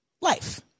life